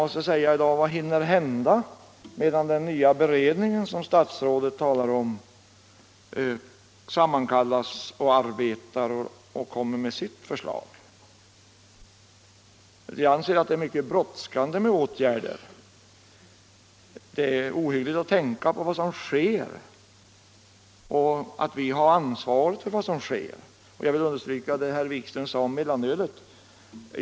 Vad skall hinna hända innan den nya beredning som statsrådet talar om har sammankallats och arbetat fram ett förslag. Jag anser att det är mycket brådskande att åtgärder vidtas. Det är ohyggligt att tänka på vad som sker och på att vi gemensamt har ansvaret för vad som sker. Jag vill understryka vad herr Wikström sade om mellanölet.